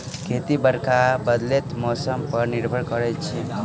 खेती बरखा आ बदलैत मौसम पर निर्भर करै छै